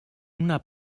una